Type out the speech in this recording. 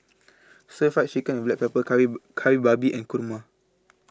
Stir Fried Chicken with Black Pepper Kari Kari Babi and Kurma